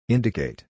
Indicate